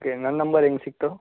okay ನನ್ನ number ಹೆಂಗೆ ಸಿಗ್ತು